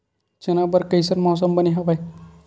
चना बर कइसन मौसम बने हवय?